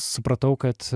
supratau kad